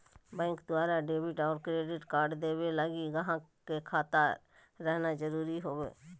bank द्वारा debit और credit card देवे लगी गाहक के खाता रहना भी जरूरी होवो